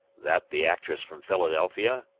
that the actress from philadelphia?